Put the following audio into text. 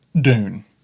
Dune